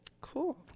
Cool